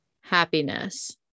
Happiness